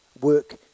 Work